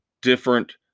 different